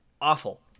awful